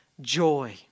joy